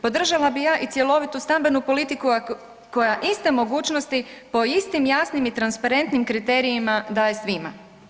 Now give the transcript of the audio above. Podržali bih ja i cjelovitu stambenu politiku koja iste mogućnosti po istim jasnim i transparentnim kriterijima daje svima.